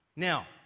Now